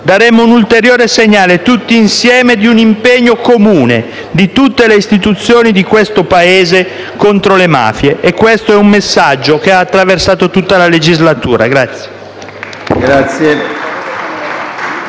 Daremo un ulteriore segnale, tutti insieme, di un impegno comune di tutte le istituzioni di questo Paese contro le mafie. Questo è un messaggio che ha attraversato tutta la legislatura.